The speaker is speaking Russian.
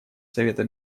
совета